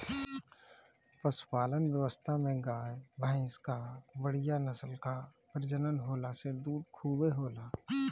पशुपालन व्यवस्था में गाय, भइंस कअ बढ़िया नस्ल कअ प्रजनन होला से दूध खूबे होला